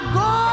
go